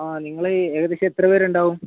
ആ നിങ്ങളേയ് ഏകദേശം എത്ര പേരുണ്ടാകും